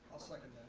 i'll second